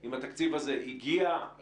אם התקציב הזה הגיע ואם הגיע,